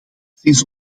sinds